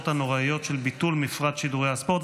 הנוראיות של ביטול מפרט שידורי הספורט.